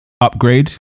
upgrade